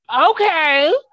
okay